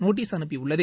notice அனுப்பியுள்ளது